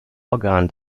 organ